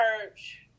church